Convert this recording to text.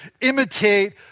imitate